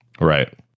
right